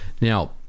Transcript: now